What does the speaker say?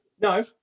No